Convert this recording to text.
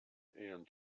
and